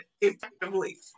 effectively